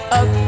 up